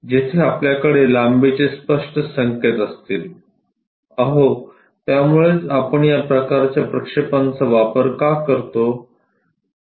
जिथे आपल्याकडे लांबीचे स्पष्ट संकेत असतील अहो त्यामुळेच आपण या प्रकारच्या प्रक्षेपांचा वापर का करतो